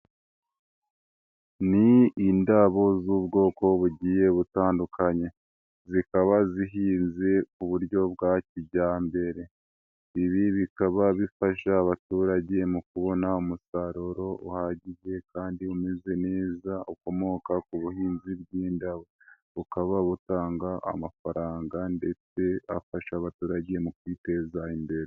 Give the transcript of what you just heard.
Ni indabo z'ubwoko bugiye butandukanye, zikaba zihinze mu buryo bwa kijyambere, ibi bikaba bifasha abaturage, mu kubona umusaruro uhagije, kandi umeze neza, ukomoka ku buhinzi bw'indabo bukaba butanga amafaranga, ndetse afasha abaturage mu kwiteza imbere.